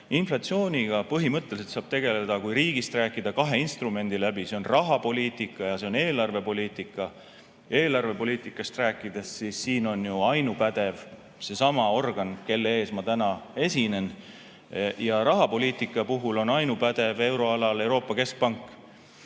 Inflatsiooniga põhimõtteliselt saab tegeleda, kui riigist rääkida, kahe instrumendiga: rahapoliitika ja eelarvepoliitika. Eelarvepoliitikast rääkides, siis siin on ju ainupädev seesama organ, kelle ees ma täna esinen. Ja rahapoliitika puhul on ainupädev euroalal Euroopa Keskpank.